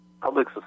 public